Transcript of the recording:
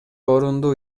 орунду